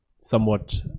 somewhat